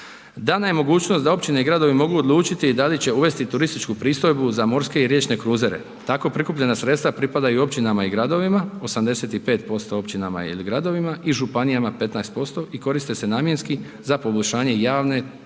Da nemogućnost da općine i gradovi mogu odlučiti da li će uvesti turističku pristojbu za morske i riječne kruzere tako prikupljena sredstva pripadaju općinama i gradovima 85% općinama ili gradovima i županijama 15% i koriste se namjenski za poboljšanje javne, turističke